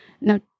Now